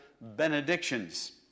benedictions